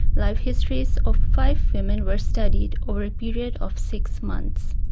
life histories of five women were studied over a period of six months.